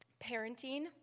parenting